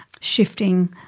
shifting